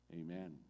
amen